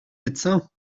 médecin